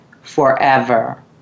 forever